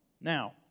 Now